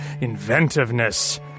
inventiveness